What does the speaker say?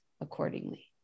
accordingly